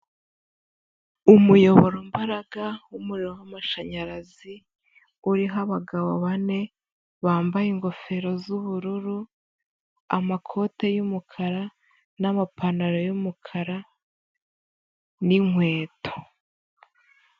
Umuyoborombaraga w'umuriro w'amashanyarazi uriho abagabo bane, bambaye ingofero z'ubururu, amakoti y'umukara n'amapantaro y'umukara, n'inkweto.